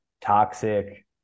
toxic